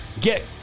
get